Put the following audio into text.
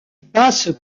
passe